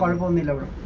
sort of on the label